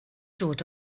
dod